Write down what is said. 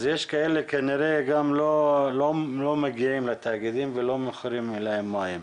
אז יש כאלה כנראה שגם לא מגיעים לתאגידים ולא מוכרים להם מים.